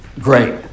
great